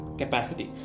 capacity